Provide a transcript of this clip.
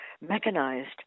mechanized